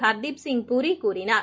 ஹர்தீப்சிங் பூரி கூறினார்